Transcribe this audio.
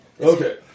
Okay